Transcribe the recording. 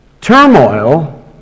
Turmoil